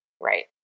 Right